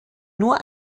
nur